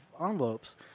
envelopes